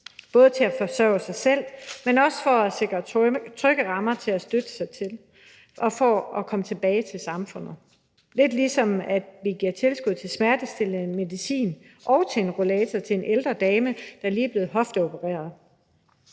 både til at forsørge sig selv, men også så de sikres trygge rammer at støtte sig til for at komme tilbage til samfundet – lidt ligesom vi giver tilskud til smertestillende medicin og til en rollator til en ældre dame, der lige er blevet hofteopereret,